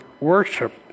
worship